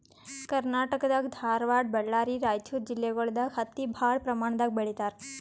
ಕರ್ನಾಟಕ್ ದಾಗ್ ಧಾರವಾಡ್ ಬಳ್ಳಾರಿ ರೈಚೂರ್ ಜಿಲ್ಲೆಗೊಳ್ ದಾಗ್ ಹತ್ತಿ ಭಾಳ್ ಪ್ರಮಾಣ್ ದಾಗ್ ಬೆಳೀತಾರ್